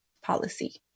policy